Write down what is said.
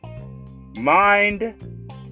mind